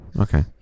okay